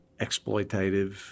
exploitative